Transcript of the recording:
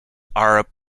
are